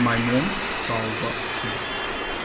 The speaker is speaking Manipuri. ꯃꯥꯏꯃꯣꯝ ꯆꯥꯎꯕ ꯁꯤꯡ